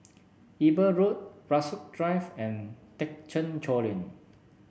Eber Road Rasok Drive and Thekchen Choling